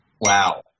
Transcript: Wow